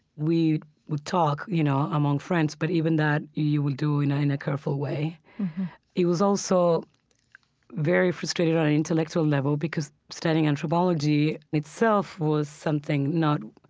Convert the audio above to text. we would talk, you know, among friends but even that you would do in a careful way it was also very frustrating on an intellectual level, because studying anthropology itself was something not